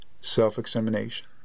self-examination